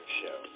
show